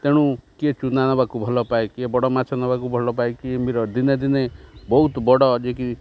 ତେଣୁ କିଏ ଚୁନା ନେବାକୁ ଭଲ ପାଏ କିଏ ବଡ଼ ମାଛ ନେବାକୁ ଭଲ ପାଏ କିଏ ମିର ଦିନେ ଦିନେ ବହୁତ ବଡ଼ ଯିଏକି